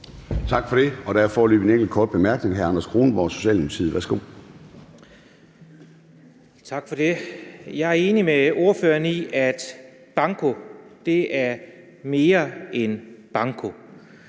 Tak for det. Jeg er enig med ordføreren i, at banko er mere end banko,